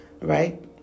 right